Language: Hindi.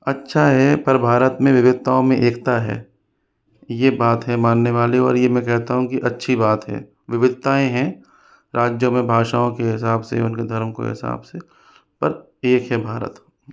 अच्छा है पर भारत में विविधताओं में एकता है ये बात है मानने वाली और यह मैं कहता हूँ कि अच्छी बात है विविधताएँ हैं राज्यों में भाषाओं के हिसाब से उनके धर्म को हिसाब से पर एक है भारत